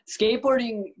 skateboarding